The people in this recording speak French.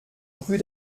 rue